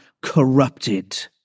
corrupted